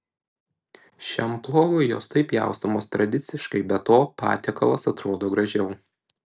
šiam plovui jos taip pjaustomos tradiciškai be to patiekalas atrodo gražiau